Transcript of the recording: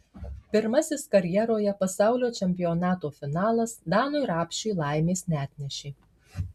pirmasis karjeroje pasaulio čempionato finalas danui rapšiui laimės neatnešė